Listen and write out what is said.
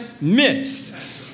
missed